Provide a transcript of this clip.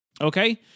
Okay